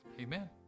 Amen